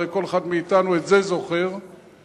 הרי כל אחד מאתנו זוכר את זה,